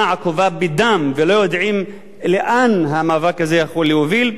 עקובה מדם ולא יודעים לאן המאבק הזה יכול להוביל.